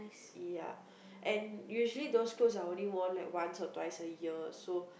ya and usually those clothes are only worn like once or twice a year so